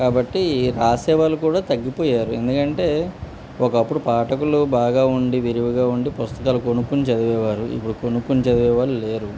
కాబట్టి రాసేవాళ్ళు కూడా తగ్గిపోయారు ఎందుకంటే ఒకప్పుడు పాఠకులు బాగా ఉండి విరువిగా ఉండి పుస్తకాలు కొనుక్కుని చదివేవారు ఇప్పుడు కొనుక్కోని చదివేవాళ్ళు లేరు